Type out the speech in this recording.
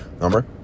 number